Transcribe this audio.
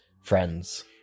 friends